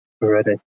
ready